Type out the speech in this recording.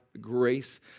grace